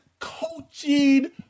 Coaching